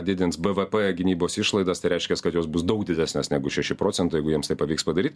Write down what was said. didins bvp gynybos išlaidas tai reiškias kad jos bus daug didesnės negu šeši procentai jeigu jiems tai pavyks padaryt